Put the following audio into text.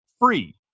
free